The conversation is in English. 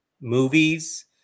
movies